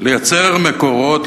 לייצר מקורות,